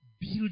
build